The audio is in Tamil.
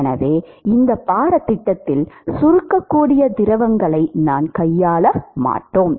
எனவே இந்த பாடத்திட்டத்தில் சுருக்கக்கூடிய திரவங்களை நாங்கள் கையாள மாட்டோம்